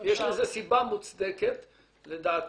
יש לזה סיבה מוצדקת לדעתי,